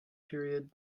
period